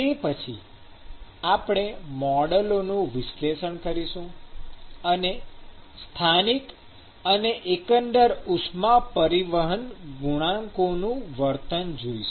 તે પછી આપણે મોડેલોનું વિશ્લેષણ કરીશું અને સ્થાનિક અને એકંદર ઉષ્મા પરિવહન ગુણાંકોનું વર્તન જોઈશું